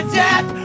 death